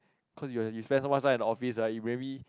cause you you spend so much time in the office har you very